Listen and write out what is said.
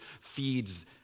feeds